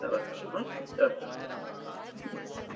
ચાલો ચાલો હં ચાલો